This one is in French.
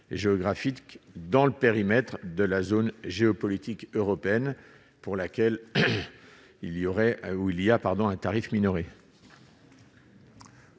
géographique dans le périmètre de la zone géopolitique européenne pour laquelle il y aurait ou